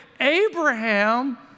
Abraham